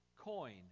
coin